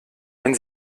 wenn